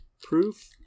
Proof